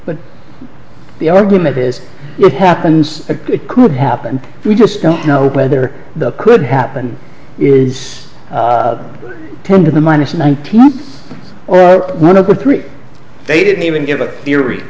but the argument is it happens it could happen we just don't know whether the could happen is time to the minus nineteen or one of three they didn't even give a theory